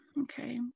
okay